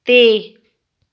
ਅਤੇ